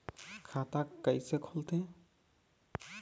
खाता कइसे खोलथें?